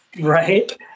Right